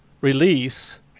release